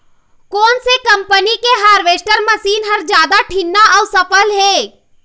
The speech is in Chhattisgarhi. कोन से कम्पनी के हारवेस्टर मशीन हर जादा ठीन्ना अऊ सफल हे?